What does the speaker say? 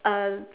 uh